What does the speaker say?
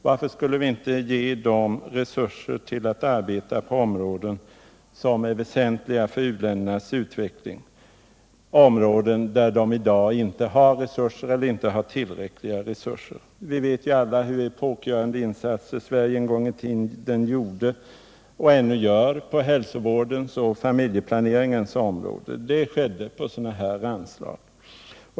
Varför skulle vi inte ge dem resurser till arbete på områden som är väsentliga för u-ländernas utveckling men där dessa i dag inte har eller inte har tillräckligt med resurser? Vi vet alla hur epokgörande insatser Sverige en gång i tiden gjorde och ännu gör på hälsovårdens och familjeplaneringens område. Det skedde med hjälp av dessa anslag.